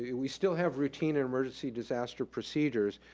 yeah we still have routine and emergency disaster procedures,